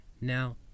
Now